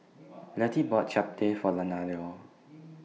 Lettie bought Japchae For Leonardo